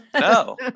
No